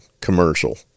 commercial